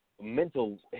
mental